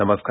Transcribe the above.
नमस्कार